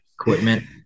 Equipment